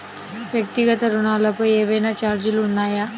వ్యక్తిగత ఋణాలపై ఏవైనా ఛార్జీలు ఉన్నాయా?